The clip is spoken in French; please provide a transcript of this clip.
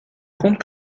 compte